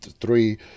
three